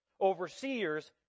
Overseers